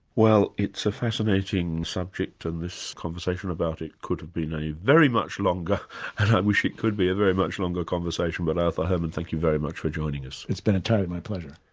well it's a fascinating subject, and this conversation about it could have been a very much longer, and i wish it could be, a very much longer conversation, but arthur herman thank you very much for joining us. it's been entirely my pleasure.